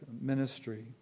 ministry